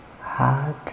hard